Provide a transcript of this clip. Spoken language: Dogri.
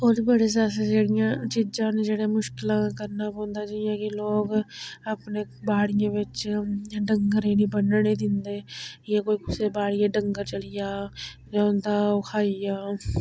होर बी बड़े सारे जेह्ड़ियां चीज़ां ना जेह्ड़ा मुश्कलां करना पौंदा जियां कि लोग अपने बाड़ियें बिच्च डंगरे गी नेईं बन्नने दिंदे जियां कोई कुसै दा बाड़ियै डंगर चली जा ते उं'दा ओह् खाई जा